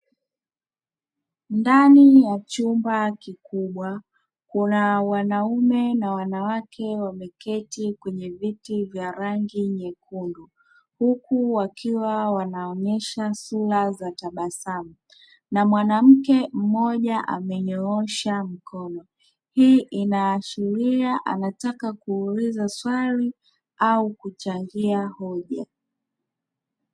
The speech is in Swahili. Ndani ya chumba kikubwa, kuna wanaume na wanawake wameketi kwenye viti vya rangi nyekundu. Huku wakiwa wanaonyesha sura za tabasamu. Na mwanamke mmoja amenyoosha mkono. Hii inaashiria anataka kuuliza swali, au kuchangia hoja.